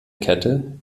kette